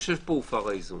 ואני חושב שפה הופר האיזון.